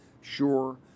sure